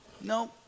No